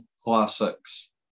classics